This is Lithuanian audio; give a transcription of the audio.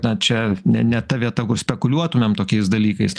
na čia ne ne ta vieta kur spekuliuotumėm tokiais dalykais